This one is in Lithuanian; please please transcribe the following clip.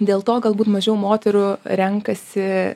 dėl to galbūt mažiau moterų renkasi